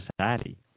society